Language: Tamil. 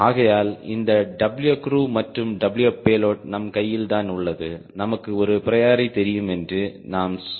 ஆகையால் இந்த Wcrew மற்றும் Wpayload நம் கையில் தான் உள்ளது நமக்கு ஒரு ப்ரியோரி தெரியும் என்று நாம் சொல்லலாம்